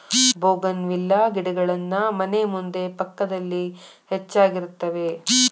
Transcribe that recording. bougainvillea ಗಿಡಗಳನ್ನಾ ಮನೆ ಮುಂದೆ ಪಕ್ಕದಲ್ಲಿ ಹೆಚ್ಚಾಗಿರುತ್ತವೆ